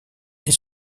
est